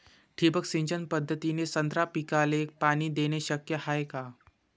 ठिबक सिंचन पद्धतीने संत्रा पिकाले पाणी देणे शक्य हाये का?